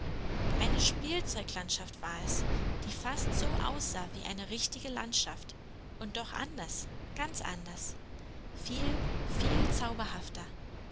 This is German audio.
eine spielzeuglandschaft war es die fast so aussah wie eine richtige landschaft und doch anders ganz anders viel viel zauberhafter